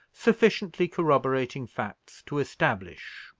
sufficiently corroborating facts to establish,